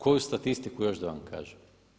Koju statistiku još da vam kažem?